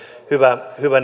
hyvä hyvä